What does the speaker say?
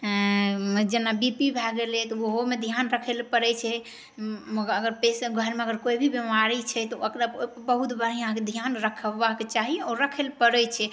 जेना B P भए गेलै तऽ ओहोमे ध्यान राखै लए पड़ै छै मग अगर पेशेन्ट घरमे अगर कोइ भी बिमारी छै तऽ ओकरा बहुत बढ़ियाँके धियान रखबाके चाही और रखै लै पड़ै छै